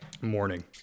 morning